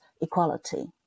equality